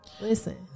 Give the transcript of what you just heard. Listen